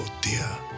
dear